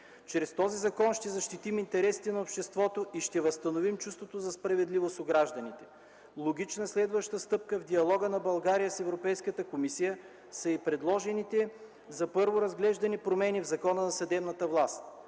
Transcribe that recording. Чрез този закон ще защитим интересите на обществото и ще възстановим чувството за справедливост у гражданите. Логична следваща стъпка в диалога на България с Европейската комисия са и предложените за първо разглеждане промени в Закона за съдебната власт.